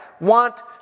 want